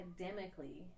academically